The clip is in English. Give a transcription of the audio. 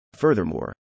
Furthermore